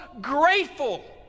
grateful